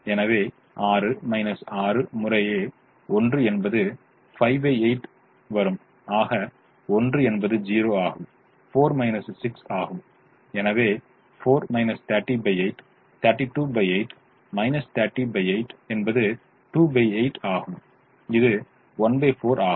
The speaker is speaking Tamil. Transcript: எனவே 6 6 முறை 1 என்பது 58 வரும் ஆக 1 என்பது ௦ ஆகும் 4 6 ஆகும் எனவே 4 308 328 308 என்பது 28 ஆகும் இது 14 ஆகும்